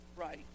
right